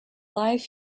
life